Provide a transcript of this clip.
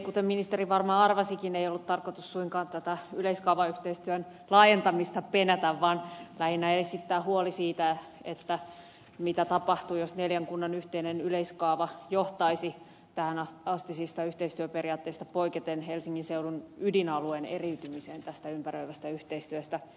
kuten ministeri varmaan arvasikin ei ollut tarkoitus suinkaan tätä yleiskaavayhteistyön laajentamista penätä vaan lähinnä esittää huoli siitä mitä tapahtuu jos neljän kunnan yhteinen yleiskaava johtaisi tähänastisista yhteistyöperiaatteista poiketen helsingin seudun ydinalueen eriytymiseen tästä ympäröivästä yhteistyöstä